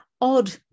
odd